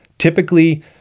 Typically